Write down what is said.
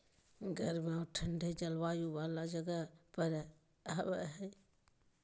गर्म औरो ठन्डे जलवायु वाला जगह पर हबैय हइ